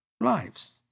lives